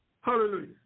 Hallelujah